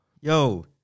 yo